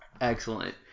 Excellent